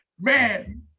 Man